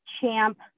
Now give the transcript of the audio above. champ